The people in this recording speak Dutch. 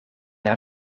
haar